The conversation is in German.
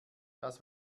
das